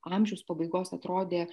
amžiaus pabaigos atrodė